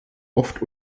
oft